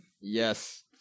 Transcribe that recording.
Yes